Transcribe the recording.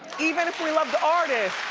even if we love the artist.